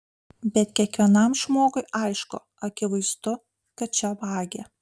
bet kiekvienam žmogui aišku akivaizdu kad čia vagia